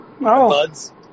buds